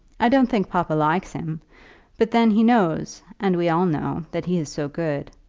i don't think papa likes him but then he knows, and we all know, that he is so good.